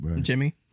Jimmy